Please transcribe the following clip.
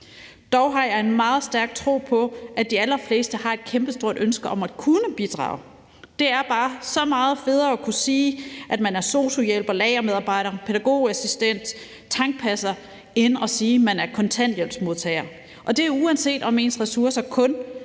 Dog har jeg en meget stærk tro på, at de allerfleste har et kæmpestort ønske om at kunne bidrage. Det er bare så meget bedre at kunne sige, at man er sosu-hjælper, lagermedarbejder, pædagogassistent eller tankpasser, end at sige, at man er kontanthjælpsmodtager. Og det er, uanset om ens ressourcer kun